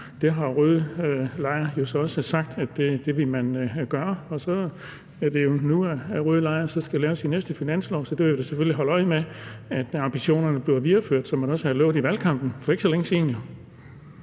Det har rød lejr så også sagt at man vil gøre, og det er jo nu, at rød lejr skal lave sin næste finanslov, og så vil jeg selvfølgelig holde øje med, at ambitionerne bliver videreført, som man også har lovet i valgkampen for ikke så længe siden.